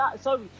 sorry